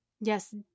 yes